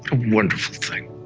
ah wonderful thing.